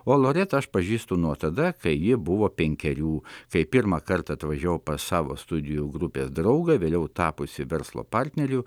o loretą aš pažįstu nuo tada kai ji buvo penkerių kai pirmą kartą atvažiavau pas savo studijų grupės draugą vėliau tapusį verslo partneriu